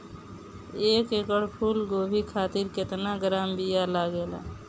एक एकड़ फूल गोभी खातिर केतना ग्राम बीया लागेला?